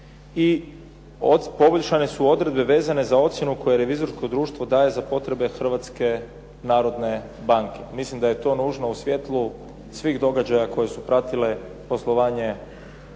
I poboljšane su odredbe vezane za ocjenu koje revizorsko društvo daje za potrebe Hrvatske narodne banke. Mislim da je to nužno u svijetlu svih događaja koje su pratile poslovanje, pogotovo